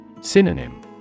Synonym